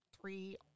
three